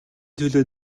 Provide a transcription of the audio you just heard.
төлөө